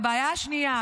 הבעיה השנייה,